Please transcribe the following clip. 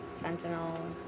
fentanyl